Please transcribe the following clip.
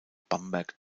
bamberg